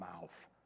mouth